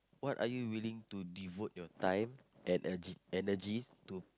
what are you willing to devote your time and e~ energy to